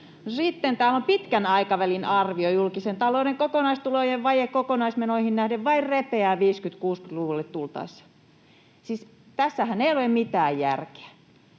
Sitten täällä on pitkän aikavälin arvio: julkisen talouden kokonaistulojen vaje kokonaismenoihin nähden vain repeää 50—60-luvulle tultaessa. Siis tässähän ei ole mitään järkeä.